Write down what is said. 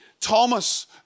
Thomas